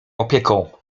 opieką